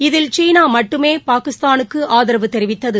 இதில் சீனா மட்டுமே பாகிஸ்தானுக்கு ஆதரவு தெரிவித்தது